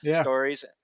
stories